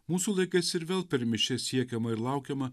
mūsų laikais ir vėl per mišias siekiama ir laukiama